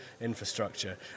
infrastructure